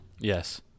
Yes